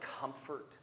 comfort